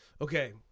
Okay